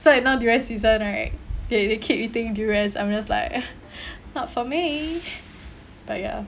so you know durian season right okay they keep eating durians I'm just like not for me but ya